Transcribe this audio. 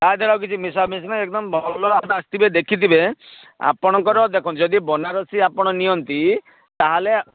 ତା ଦେହରେ ଆଉ କିଛି ମିଶାମିଶି ନାହିଁ ଏକଦମ୍ ଆସିଥିବେ ଆପଣ ଦେଖିଥିବେ ଆପଣଙ୍କର ଦେଖନ୍ତୁ ଯଦି ବନାରସୀ ଆପଣ ନିଅନ୍ତି ତା'ହେଲେ